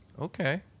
okay